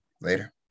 Later